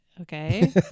Okay